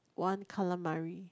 one calamari